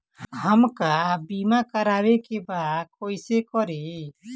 हमका बीमा करावे के बा कईसे करी?